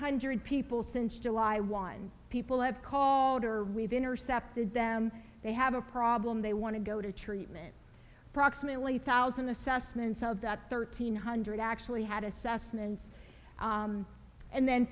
hundred people since july one people have called or rave intercepted them they have a problem they want to go to treatment proximately thousand assessments of that thirteen hundred actually had assessments and then